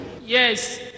Yes